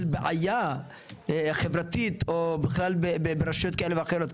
בעיה חברתית או בכלל ברשויות כאלה ואחרות,